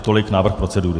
Tolik návrh procedury.